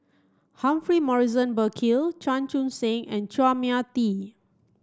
Humphrey Morrison Burkill Chan Chun Sing and Chua Mia Tee